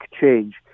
change